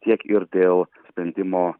tiek ir dėl sprendimo